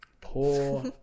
Poor